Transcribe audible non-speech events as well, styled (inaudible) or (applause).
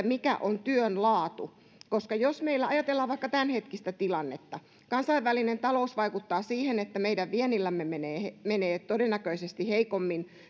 (unintelligible) mikä on työn laatu koska jos ajatellaan vaikka tämänhetkistä tilannetta kansainvälinen talous vaikuttaa siihen että meidän viennillämme menee todennäköisesti heikommin (unintelligible)